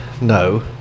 No